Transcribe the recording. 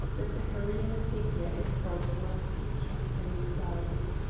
that the hurrying figure in front must be kept in sight.